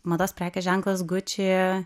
mados prekės ženklas guči